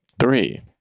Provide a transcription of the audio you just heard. Three